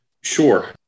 Sure